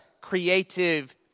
creative